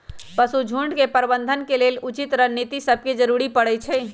पशु झुण्ड के प्रबंधन के लेल उचित रणनीति सभके जरूरी परै छइ